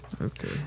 Okay